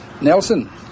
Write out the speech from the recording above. Nelson